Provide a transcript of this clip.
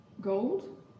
gold